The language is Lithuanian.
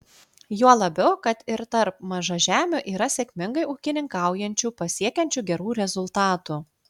juo labiau kad ir tarp mažažemių yra sėkmingai ūkininkaujančių pasiekiančių gerų rezultatų